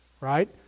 Right